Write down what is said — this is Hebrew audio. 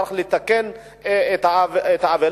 צריך לתקן את העוול.